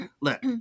Look